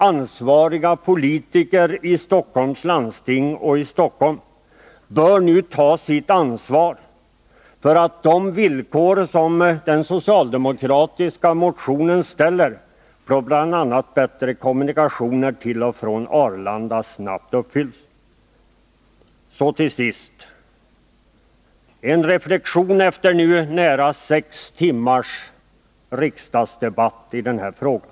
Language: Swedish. Ansvariga politiker i Stockholms läns landsting och i Stockholm bör nu ta sitt ansvar för att de villkor som ställts i den socialdemokratiska motionen, bl.a. om bättre kommunikationer till och från Arlanda, snabbt uppfylls. Så till sist en reflexion efter nu nära 6 timmars riksdagsdebatt i denna fråga.